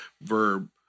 verb